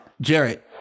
Jared